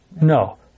No